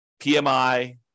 PMI